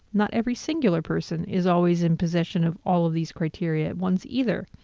not every singular person is always in possession of all of these criteria at once either,